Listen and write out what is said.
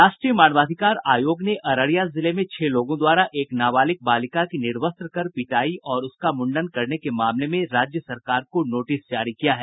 राष्ट्रीय मानवाधिकार आयोग ने अररिया जिले में छह लोगों द्वारा एक नाबालिग बालिका की निर्वस्त्र कर पिटाई और उसका मुंडन करने के मामले में राज्य सरकार को नोटिस जारी किया है